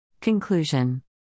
Conclusion